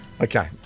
Okay